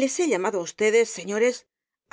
les he llamado á ustedes señores